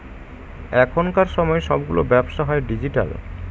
এখনকার সময় সবগুলো ব্যবসা হয় ডিজিটাল